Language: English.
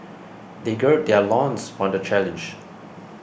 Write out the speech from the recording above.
they gird their loins for the challenge